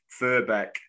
Furbeck